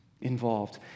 involved